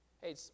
Hey